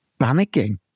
panicking